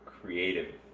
creative